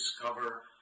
discover